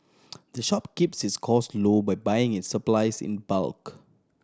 the shop keeps its costs low by buying its supplies in bulk